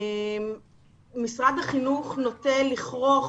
משרד החינוך נוטה לכרוך